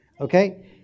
okay